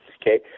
okay